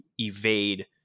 evade